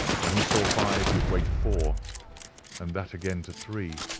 when he saw five give way to four and that again to three,